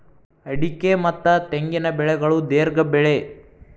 ಅಡಿಕೆ ಮತ್ತ ತೆಂಗಿನ ಬೆಳೆಗಳು ದೇರ್ಘ ಬೆಳೆ